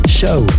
show